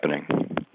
happening